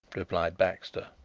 replied baxter,